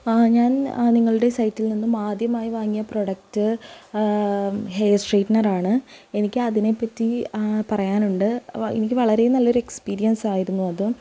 ഞാൻ നിങ്ങളുടെ സൈറ്റിൽ നിന്നും ആദ്യമായി വാങ്ങിയ പ്രൊഡെക്റ്റ് ഹെയർ സ്ട്രയിറ്റ്നറാണ് എനിക്കതിനെപ്പറ്റി പറയാനുണ്ട് വ എനിക്ക് വളരെ നല്ലൊരു എക്സ്പീരിയൻസായിരുന്നു അത്